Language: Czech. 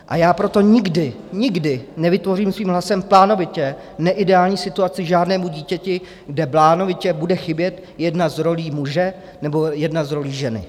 A já proto nikdy, nikdy nevytvořím svým hlasem plánovitě neideální situaci žádnému dítěti, kde plánovitě bude chybět jedna z rolí muže, nebo jedna z rolí ženy.